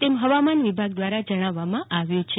તેમ હવામાન વિભાગ દ્રારા જણાવવામાં આવ્યુ છે